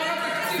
זה מאוד בעייתי.